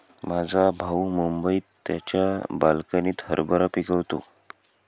माझा भाऊ मुंबईत त्याच्या बाल्कनीत हरभरा पिकवतो